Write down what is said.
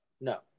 No